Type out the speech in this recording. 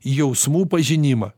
jausmų pažinimą